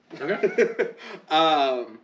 Okay